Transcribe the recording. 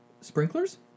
Sprinklers